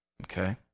okay